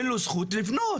אין לו זכות לבנות.